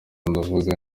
ndavuga